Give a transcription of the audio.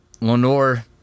Lenore